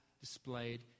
displayed